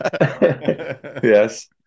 Yes